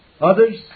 Others